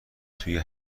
توی